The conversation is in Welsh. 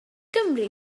gymri